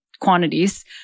quantities